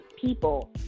people